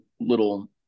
little